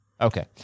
Okay